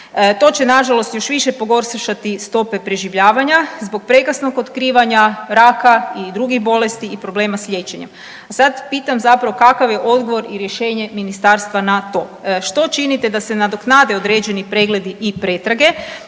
To će nažalost još više pogoršati stope preživljavanja zbog prekasnog otkrivanja raka i drugih bolesti i problema s liječenjem. A sad pitam zapravo kakav je odgovor i rješenje ministarstva na to, što činite da se nadoknade određeni pregledi i pretrage?